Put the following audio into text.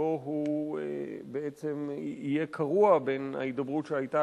שבו הוא בעצם יהיה קרוע בין ההידברות שהיתה